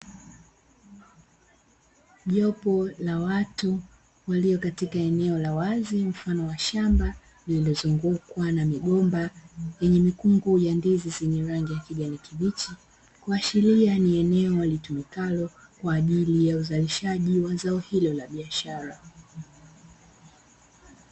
Jopo la watu walio katika eneo la wazi mfano wa shamba, lililozungukwa na migomba yenye mikungu ya ndizi zenye rangi ya kijani kibichi, kuashiria ni eneo litumikalo kwa ajili ya uzalishaji wa zao hilo la biashara.